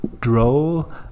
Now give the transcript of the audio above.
droll